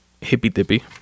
hippy-dippy